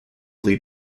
lead